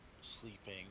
sleeping